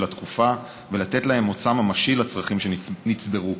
התקופה ולתת מוצא ממשי לצרכים שנצברו.